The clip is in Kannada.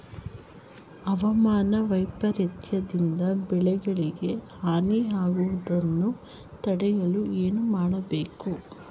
ಹವಾಮಾನ ವೈಪರಿತ್ಯ ದಿಂದ ಬೆಳೆಗಳಿಗೆ ಹಾನಿ ಯಾಗುವುದನ್ನು ತಡೆಯಲು ಏನು ಮಾಡಬೇಕು?